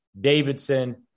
Davidson